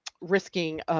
risking